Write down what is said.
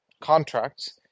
contracts